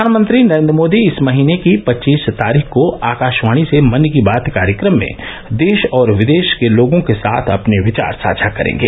प्रधानमंत्री नरेंद्र मोदी इस महीने की पच्चीस तारीख को आकाशवाणी से मन की बात कार्यक्रम में देश और विदेश के लोगों के साथ अपने विचार साझा करेंगे